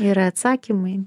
yra atsakymai